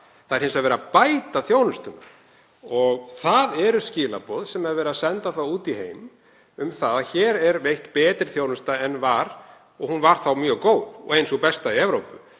Það er hins vegar verið að bæta þjónustuna og það eru skilaboð sem er þá verið að senda út í heim um að hér sé veitt betri þjónusta en var og hún var þó mjög góð og ein sú besta í Evrópu.